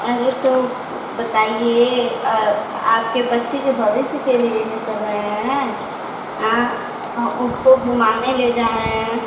अरे तो बताइए आपके बच्चे के भविष्य के लिए न कर रहे हैं हाँ उसको घूमाने ले जा रहे हैं